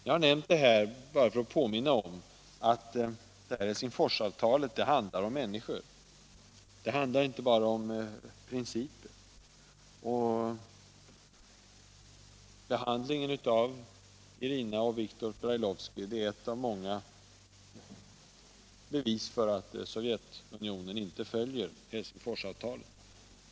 Jag har berättat det här bara för att påminna om att Helsingforsavtalet handlar om människor, inte bara om principer. Behandlingen av Irina och Viktor Brailovsky är ett av många bevis för att Sovjet inte följer Helsingforsavtalet.